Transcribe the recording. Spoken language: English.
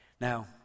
Now